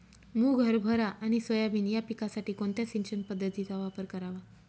मुग, हरभरा आणि सोयाबीन या पिकासाठी कोणत्या सिंचन पद्धतीचा वापर करावा?